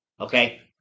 okay